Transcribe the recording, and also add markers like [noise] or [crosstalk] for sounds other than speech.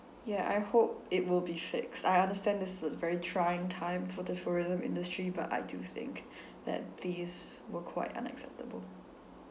ya I hope it will be fixed I understand this is a very trying time for the tourism industry but I do think [breath] that these were quite unacceptable